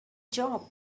job